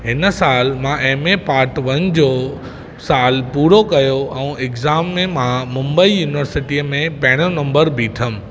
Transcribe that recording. हिन सालु मां एमए पार्ट वन जो सालु पूरो कयो ऐं इग्ज़ाम में मां मुंम्बई यूनिवर्सिटीअ में पहिरियों नंबर ॿीठुमि